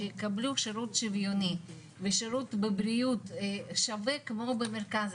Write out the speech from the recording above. שיקבלו שירות שוויוני ושירות בבריאות שווה כמו במרכז